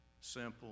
simple